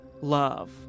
love